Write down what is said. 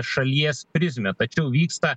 šalies prizmę tačiau vyksta